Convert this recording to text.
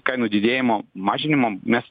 kainų didėjimo mažinimo mes